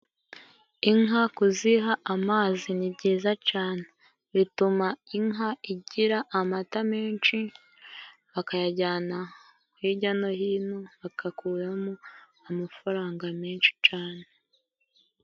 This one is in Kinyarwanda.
Inka kuziha amazi ni byiza cane, bituma inka igira amata menshi bakayajyana hirya no hino, bakakuramo amafaranga menshi cyane.